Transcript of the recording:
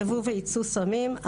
ייבוא וייצוא סמים,